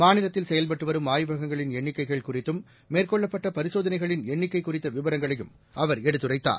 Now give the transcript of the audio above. மாநிலத்தில் செயல்பட்டுவரும் அய்வகங்களின் எண்ணிக்கைகள் குறித்தும் மேற்கொள்ளப்பட்டபரிசோதனைகளின் எண்ணிக்கைகுறித்தவிவரங்களையும் அவர் எடுத்துரைத்தார்